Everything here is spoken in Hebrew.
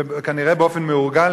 כנראה באופן מאורגן,